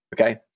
Okay